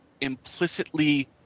implicitly